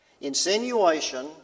Insinuation